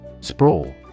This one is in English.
Sprawl